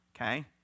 okay